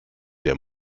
der